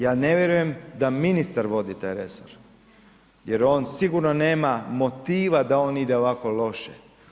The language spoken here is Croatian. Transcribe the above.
Ja ne vjerujem da ministar vodi taj resor jer on sigurno nema motiva da on ide ovako loše.